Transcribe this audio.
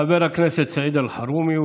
חבר הכנסת סעיד אלחרומי,